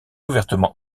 ouvertement